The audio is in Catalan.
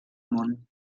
món